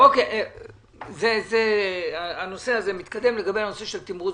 לגבי הנושא של המוכש"ר,